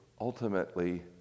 ultimately